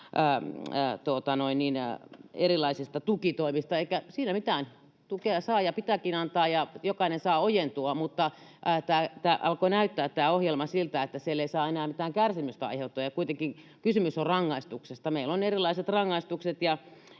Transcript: erilaisista tukitoimista. Eikä siinä mitään, tukea saa ja pitääkin antaa, ja jokainen saa ojentua, mutta tämä ohjelma alkoi näyttää siltä, että siellä ei saa enää mitään kärsimystä aiheuttaa, ja kuitenkin kysymys on rangaistuksesta. Meillä on erilaiset rangaistukset, ja